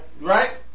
Right